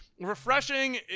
refreshing